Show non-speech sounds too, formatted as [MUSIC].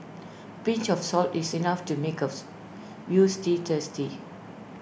pinch of salt is enough to make A [UNINTELLIGIBLE] Veal Stew tasty